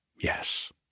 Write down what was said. yes